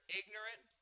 ignorant